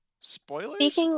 spoilers